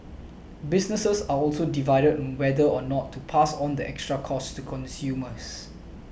businesses are also divided on whether or not to pass on the extra costs to consumers